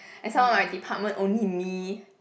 and some more my department only me